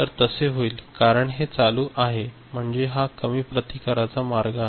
तर तसे होईल कारण हे चालू आहे म्हणजे हा कमी प्रतिकाराचा मार्ग आहे